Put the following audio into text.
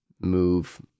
move